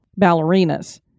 ballerinas